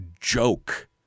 joke